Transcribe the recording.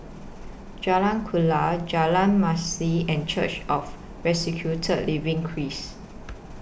Jalan Kuala Jalan Masjid and Church of Resurrected Living Christ